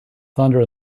thunder